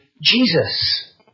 Jesus